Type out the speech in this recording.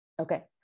Okay